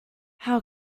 how